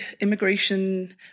immigration